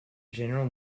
general